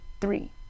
three